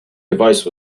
device